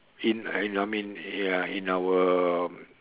in uh I mean ya in our